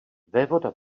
vévoda